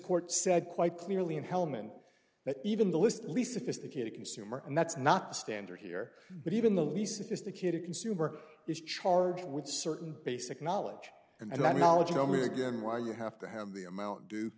court said quite clearly in helmand that even the list at least sophisticated consumer and that's not the standard here but even the least sophisticated consumer is charged with certain basic knowledge and that knowledge tell me again why you have to have the amount d